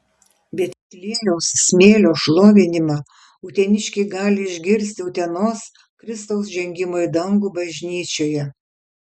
betliejaus smėlio šlovinimą uteniškiai gali išgirsti utenos kristaus žengimo į dangų bažnyčioje